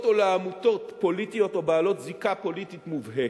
או לעמותות פוליטיות או בעלות זיקה פוליטית מובהקת,